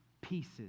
pieces